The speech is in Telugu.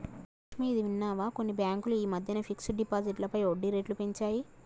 లక్ష్మి, ఇది విన్నావా కొన్ని బ్యాంకులు ఈ మధ్యన ఫిక్స్డ్ డిపాజిట్లపై వడ్డీ రేట్లు పెంచాయి